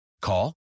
Call